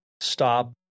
stop